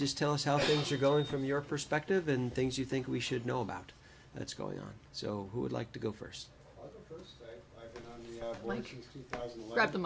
just tell us how things are going from your perspective than things you think we should know about that's going on so who would like to go first like you got the